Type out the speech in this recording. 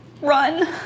run